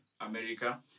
America